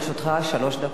לרשותך שלוש דקות.